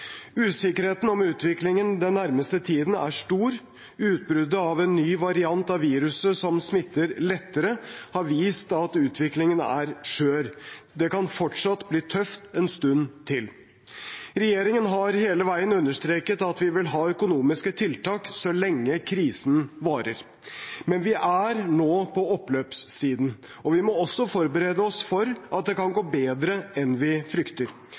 Usikkerheten om utviklingen den nærmeste tiden er stor. Utbruddet av en ny variant av viruset som smitter lettere, har vist at utviklingen er skjør. Det kan fortsatt bli tøft en stund til. Regjeringen har hele veien understreket at vi vil ha økonomiske tiltak så lenge krisen varer, men vi er nå på oppløpssiden, og vi må også forberede oss for at det kan gå bedre enn vi frykter,